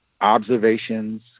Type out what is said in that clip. observations